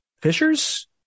Fishers